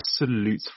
absolute